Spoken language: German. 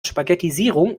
spaghettisierung